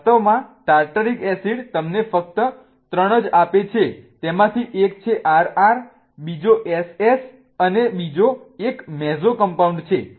વાસ્તવમાં tartaric acid તમને ફક્ત 3 જ આપે છે તેમાંથી એક છે RR બીજો SS અને બીજો એક મેસોકમ્પાઉન્ડ છે